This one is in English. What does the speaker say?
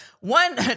One